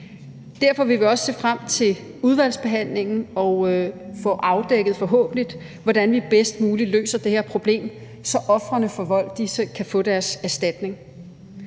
Nye Borgerlige også se frem til udvalgsbehandlingen og få afdækket, forhåbentlig, hvordan vi bedst muligt løser det her problem, så ofrene for vold selv kan få deres erstatning.